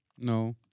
No